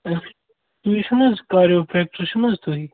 تُہۍ چھُو نہ حظ چھُو نہ حظ تُہۍ